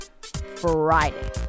Friday